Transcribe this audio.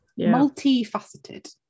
multifaceted